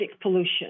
pollution